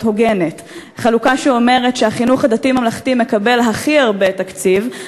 הוגנת: חלוקה שאומרת שהחינוך הממלכתי-דתי מקבל הכי הרבה תקציב,